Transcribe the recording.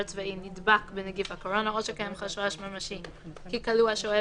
צבאי נדבק בנגיף הקורונה או שקיים חשש ממשי כי כלוא השוהה